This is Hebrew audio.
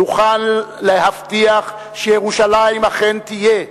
נוכל להבטיח שירושלים אכן תהיה,